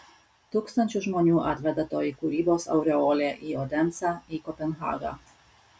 tūkstančius žmonių atveda toji kūrybos aureolė į odensę į kopenhagą